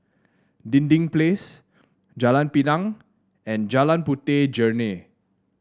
Dinding Place Jalan Pinang and Jalan Puteh Jerneh